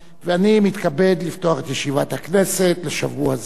ואני מתכבד לפתוח את ישיבת הכנסת לשבוע זה.